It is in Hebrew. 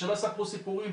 ושלא יספרו סיפורים.